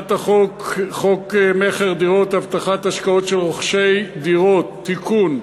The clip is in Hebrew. הצעת חוק המכר (דירות) (הבטחת השקעות של רוכשי דירות) (תיקון,